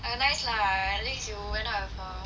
but nice lah at least you went out with her